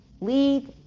lead